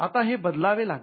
आता हे बदलावे लागले